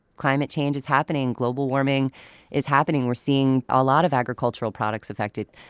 climate change is happening global warming is happening. we're seeing a lot of agricultural products affected.